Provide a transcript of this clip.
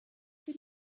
für